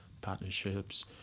partnerships